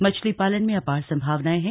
मछली पालन में अपार सम्भावनाएं हैं